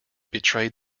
betrayed